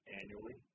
annually